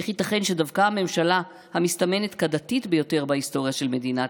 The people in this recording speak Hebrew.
איך ייתכן שדווקא הממשלה המסתמנת כדתית ביותר בהיסטוריה של מדינת